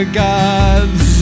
gods